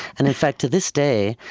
and in fact, to this day,